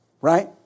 Right